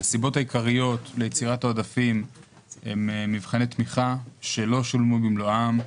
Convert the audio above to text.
הסיבות העיקריות ליצירת העודפים הן מבחני תמיכה שלא שולמו במלואם,